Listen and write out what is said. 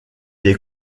des